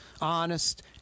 honest